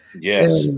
Yes